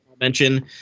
mention